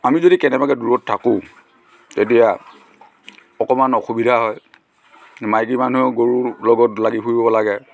আমি যদি কেনেবাকৈ দূৰত থাকোঁ তেতিয়া অকণমান অসুবিধা হয় মাইকী মানুহ গৰুৰ লগত লাগি ফুৰিব লাগে